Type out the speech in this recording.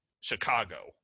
Chicago